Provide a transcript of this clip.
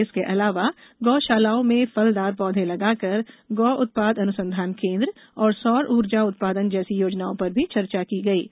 इसके अलावा गो शालाओं में फलदार पौधे लगाकर गो उत्पाद अनुसंधान केन्द्र और सौर ऊर्जा उत्पादन जैसी योजनाओं पर भी चर्चा की गयी